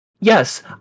Yes